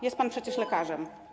Jest pan przecież lekarzem.